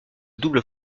double